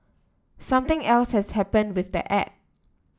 something else has happened with the app